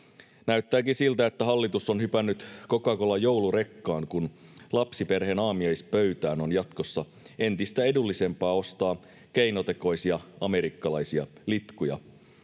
Näyttääkin siltä, että hallitus on hypännyt Coca-Colan joulurekkaan, kun lapsiperheen aamiaispöytään on jatkossa entistä edullisempaa ostaa keinotekoisia amerikkalaisia litkuja.